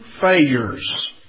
failures